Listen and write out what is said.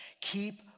Keep